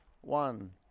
One